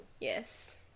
Yes